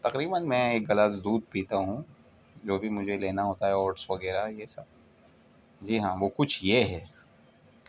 تقریباً میں ایک گلاس دودھ پیتا ہوں جو کہ مجھے لینا ہوتا ہے اوٹس وغیرہ یہ سب جی ہاں وہ کچھ یہ ہے